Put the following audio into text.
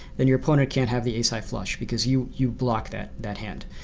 then your opponent can't have the ace high flush because you you block that that hand.